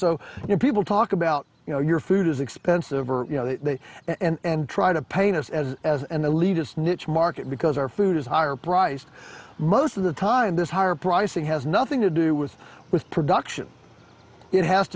so you know people talk about you know your food is expensive or you know that and try to paint us as as an elitist niche market because our food is higher priced most of the time this higher pricing has nothing to do with with production it has